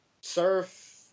surf